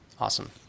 Awesome